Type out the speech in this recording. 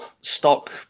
stock